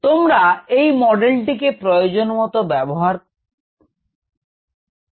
আমরা এই মডেলটি কে প্রয়োজন মতো ব্যবহার করব